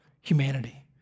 humanity